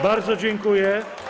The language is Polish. Bardzo dziękuję.